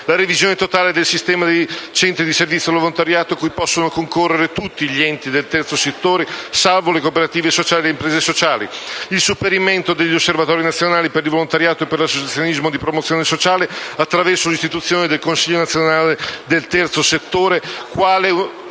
la revisione totale del sistema dei centri servizio volontariato, a cui possono concorrere tutti gli enti del terzo settore, salvo le cooperative sociali e le imprese sociali, e il superamento del sistema degli osservatori nazionali per il volontariato e per l'associazionismo di promozione sociale, attraverso l'istituzione del Consiglio nazionale del terzo settore,